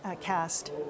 cast